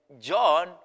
John